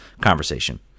conversation